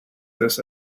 this